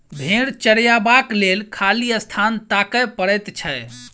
भेंड़ चरयबाक लेल खाली स्थान ताकय पड़ैत छै